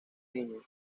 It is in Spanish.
niño